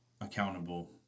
accountable